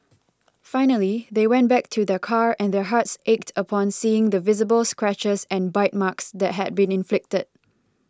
finally they went back to their car and their hearts ached upon seeing the visible scratches and bite marks that had been inflicted